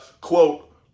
quote